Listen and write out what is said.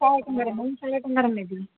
ମୁଁ ଶହେ ଟଙ୍କାର ନେବି